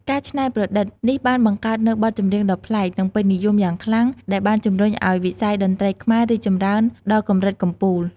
ការច្នៃប្រឌិតនេះបានបង្កើតនូវបទចម្រៀងដ៏ប្លែក និងពេញនិយមយ៉ាងខ្លាំង ដែលបានជំរុញឱ្យវិស័យតន្ត្រីខ្មែររីកចម្រើនដល់កម្រិតកំពូល ។